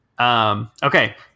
Okay